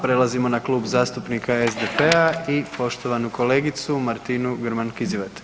Pa prelazimo na Klub zastupnika SDP-a i poštovanu kolegicu Martinu Grman Kizivat.